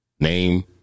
name